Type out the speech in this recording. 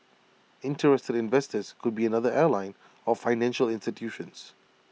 interested investors could be another airline or financial institutions